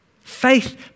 Faith